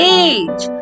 age